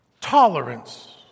Tolerance